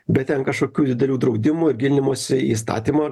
be ten kažkokių didelių draudimų gilinimosi į įstatymą